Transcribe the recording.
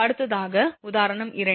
அடுத்ததாக உதாரணம் 2